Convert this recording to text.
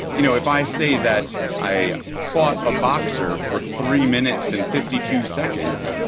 you know if i say that i fought a boxer for three minutes and fifty two seconds,